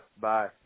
bye